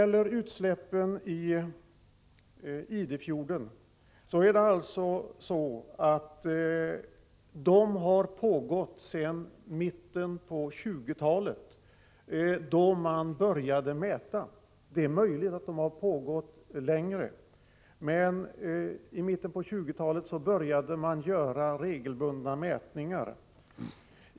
Utsläppen i Idefjorden har pågått sedan mitten av 1920-talet. Det är möjligt att de har pågått längre, men det var i mitten av 1920-talet som man började göra regelbundna mätningar.